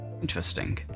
interesting